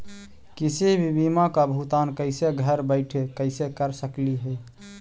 किसी भी बीमा का भुगतान कैसे घर बैठे कैसे कर स्कली ही?